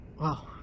Wow